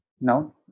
No